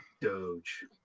Doge